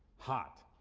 hot,